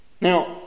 Now